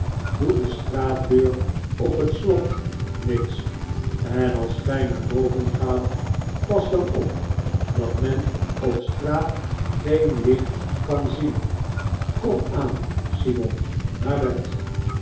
doe de straatdeur op het slot miggs en als gij naar boven gaat pas dan op dat men op straat geen licht kan zien kom aan simon ga naar bed